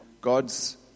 God's